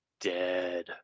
dead